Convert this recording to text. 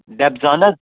ڈیبزان حظ